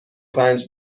پنج